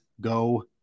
go